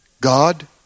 God